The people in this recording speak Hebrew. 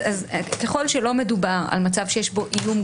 ככל שלא מדובר על מצב שיש בו איום,